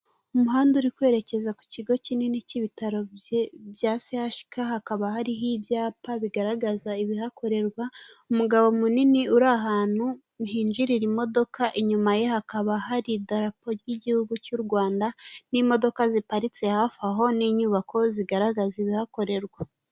Umuhanda uri kwerekeza ku kigo kinini cy'ibitaro bya CHUK, hakaba hariho ibyapa bigaragaza ibihakorerwa, umugabo munini uri ahantu hinjirira imodoka, inyuma ye hakaba hari idarapo ry'igihugu cy'u Rwanda n'imodoka ziparitse hafi aho n'inyubako zigaragaza ibihakorerwa.